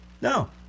No